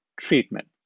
treatment